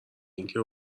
اینکه